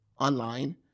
online